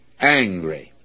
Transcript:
angry